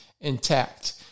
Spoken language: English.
intact